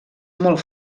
molt